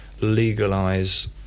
legalise